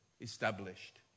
established